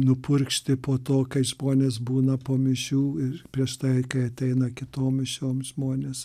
nupurkšti po to kai žmonės būna po mišių ir prieš tai kai ateina kitom mišiom žmonės